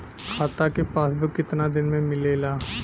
खाता के पासबुक कितना दिन में मिलेला?